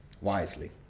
wisely